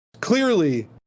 clearly